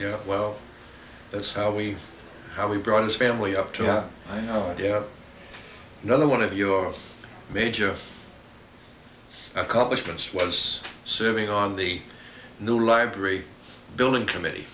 truth well that's how we how we brought his family up to you know another one of your major accomplishments was serving on the new library building committee